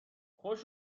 خوش